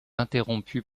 interrompue